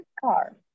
car